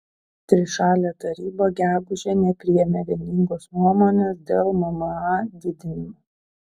trišalė taryba gegužę nepriėmė vieningos nuomonės dėl mma didinimo